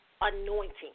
anointing